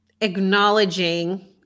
Acknowledging